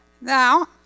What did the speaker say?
Now